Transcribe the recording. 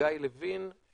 חגי לוין,